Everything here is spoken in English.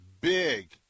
big